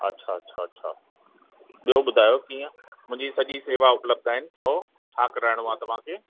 अच्छा अच्छा अच्छा ॿियों ॿुधायो कीअं मुंहिंजी सॼी सेवा उपलब्ध आहिनि चयो छा कराइणो आहे तव्हांखे